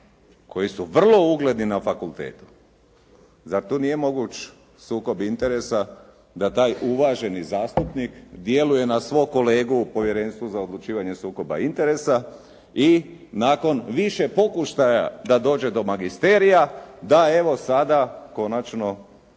Koji su vrlo ugledni na fakultetu. Zar tu nije moguć sukob interesa, da taj uvaženi zastupnik djeluje na svog kolegu u Povjerenstvu za odlučivanje o sukobu interesa i nakon više pokušaja da dođe do magisterija, da evo sada konačno